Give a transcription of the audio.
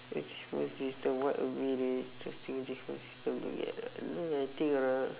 achievement system what would be the interesting achievement system to get I don't know ah I think